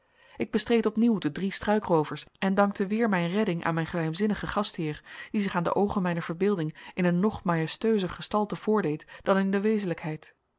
ik bestreed opnieuw de drie struikroovers en dankte weer mijn redding aan mijn geheimzinnigen gastheer die zich aan de oogen mijner verbeelding in een nog majestueuzer gestalte voordeed dan in de wezenlijkheid